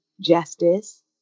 justice